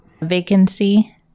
Vacancy